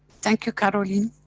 thank you caroline.